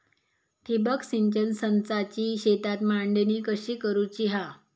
ठिबक सिंचन संचाची शेतात मांडणी कशी करुची हा?